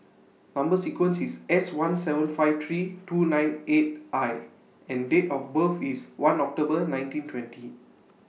Number sequence IS S one seven five three two nine eight I and Date of birth IS one October nineteen twenty